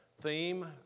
theme